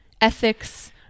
ethics